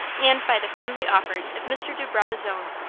and by the friendly offers of mr. de brabazon.